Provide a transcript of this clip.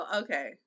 okay